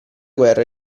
guerra